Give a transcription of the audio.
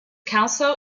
council